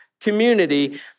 community